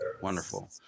Wonderful